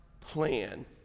plan